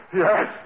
yes